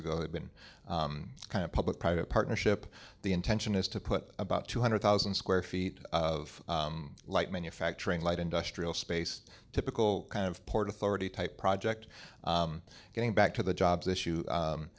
ago they've been kind of public private partnership the intention is to put about two hundred thousand square feet of light manufacturing light industrial space typical kind of port authority type project going back to the jobs issue